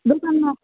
दोकानमा